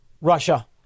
Russia